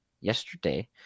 yesterday